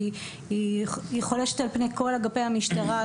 והיא חולשת על פני כל גפי המשטרה,